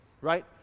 right